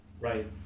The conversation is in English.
Right